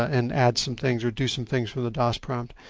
and add some things or do some things for the dos prompt.